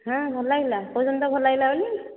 ହଁ ଭଲ ଲାଗିଲା କହୁଛନ୍ତି ତ ଭଲ ଲାଗିଲା ବୋଲି